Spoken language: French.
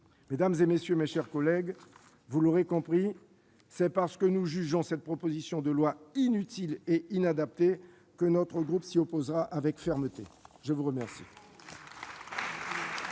de notre société. Mes chers collègues, vous l'aurez compris, c'est parce que nous jugeons cette proposition de loi inutile et inadaptée que notre groupe s'y opposera avec fermeté ! La parole